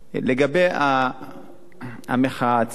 לגבי המחאה עצמה.